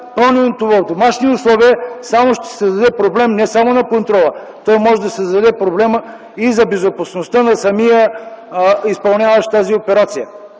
в домашни условия само ще създаде проблем – не само на контрола, то може да създаде проблем и за безопасността на самия изпълняващ тази операция